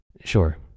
Sure